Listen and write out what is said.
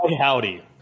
howdy